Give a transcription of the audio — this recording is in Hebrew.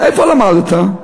איפה למדת?